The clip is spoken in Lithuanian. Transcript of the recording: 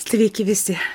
sveiki visi